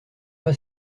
pas